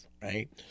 Right